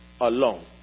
alone